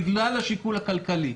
בגלל השיקול הכלכלי.